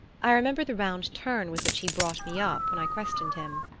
i remember the round turn with which he brought me up when i questioned him.